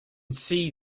see